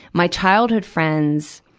my childhood friends